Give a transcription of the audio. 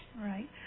Right